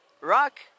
rock